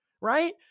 Right